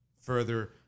further